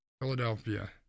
Philadelphia